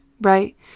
right